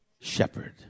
shepherd